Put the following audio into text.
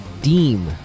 deem